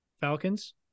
Falcons